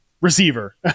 Receiver